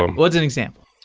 um what's an example?